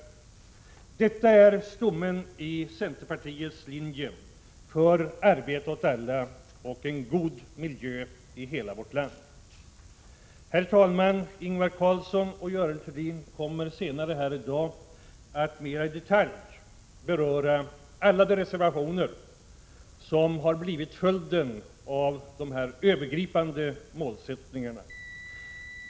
Detta är 25 mars 1987 stommen i centerpartiets linje för arbete åt alla och en god miljö i hela vårt land. Ingvar Karlsson i Bengtsfors och Görel Thurdin kommer senare här i dag att mer i detalj beröra alla de reservationer som har blivit följden av dessa övergripande målsättningar. Herr talman!